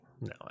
No